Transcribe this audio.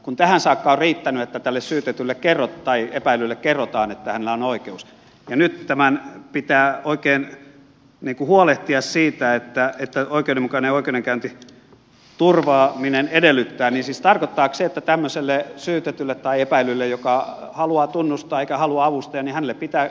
kun tähän saakka on riittänyt että tälle epäillylle kerrotaan että hänellä on oikeus ja nyt pitää oikein huolehtia siitä koska oikeudenmukaisen oikeudenkäynnin turvaaminen sitä edellyttää niin siis tarkoittaako se että tämmöiselle syytetylle tai epäillylle joka haluaa tunnustaa eikä halua avustajaa pitää avustaja vain hommata